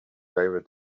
over